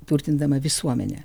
turtindama visuomenę